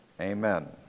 Amen